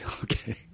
okay